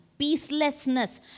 peacelessness